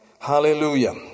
Hallelujah